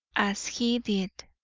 as he did.